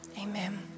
amen